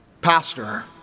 Pastor